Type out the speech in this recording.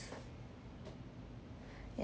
yeah